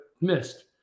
missed